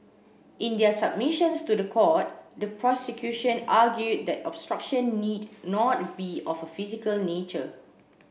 in their submissions to the court the prosecution argued that obstruction need not be of a physical nature